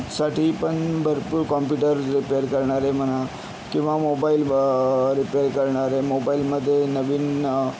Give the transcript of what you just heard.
साठीपण भरपूर computer repair करणारे म्हणा किंवा मोबाईल रिपेअर करणारे मोबाईलमधे नवीन